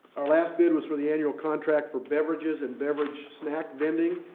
our last bid was for the annual contract for beverages and beverage snack vending.